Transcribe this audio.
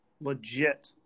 legit